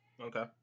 Okay